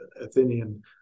Athenian